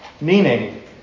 meaning